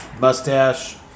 mustache